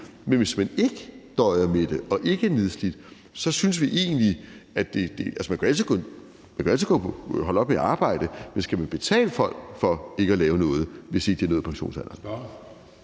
Men hvis man ikke døjer med sygdom eller er nedslidt, synes vi egentlig, det er noget andet. Man kan jo altid holde op med at arbejde, men skal vi betale folk for ikke at lave noget, hvis ikke de har nået pensionsalderen?